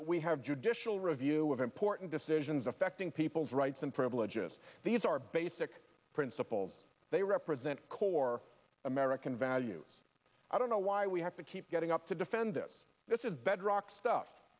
that we have judicial review of important decisions affecting people's rights and privileges these are basic principles they represent core american values i don't know why we have to keep getting up to defend this this is bedrock stuff